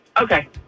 Okay